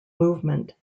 movement